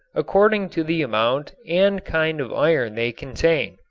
according to the amount and kind of iron they contain.